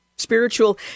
Spiritual